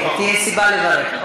תהיה סיבה לברך.